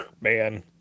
Man